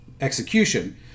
execution